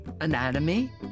anatomy